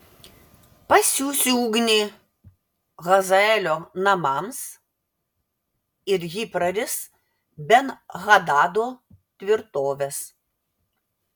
pasiųsiu ugnį hazaelio namams ir ji praris ben hadado tvirtoves